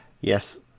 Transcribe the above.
Yes